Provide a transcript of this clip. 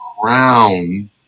crown